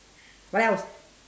what else